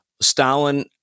Stalin